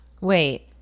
Wait